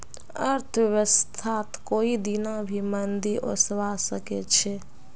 अर्थव्यवस्थात कोई दीना भी मंदी ओसवा सके छे